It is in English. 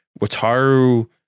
Wataru